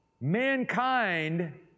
mankind